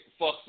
fucks